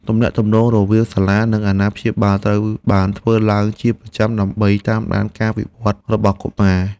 ទំនាក់ទំនងរវាងសាលានិងអាណាព្យាបាលត្រូវបានធ្វើឡើងជាប្រចាំដើម្បីតាមដានការវិវត្តរបស់កុមារ។